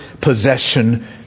possession